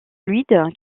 fluide